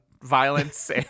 violence